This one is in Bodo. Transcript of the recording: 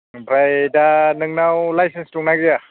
ओमफ्राय दा नोंनाव लाइसेन्स दं ना गैया